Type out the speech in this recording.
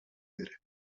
بره